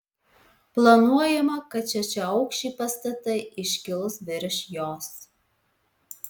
planuojama kad šešiaaukščiai pastatai iškils virš jos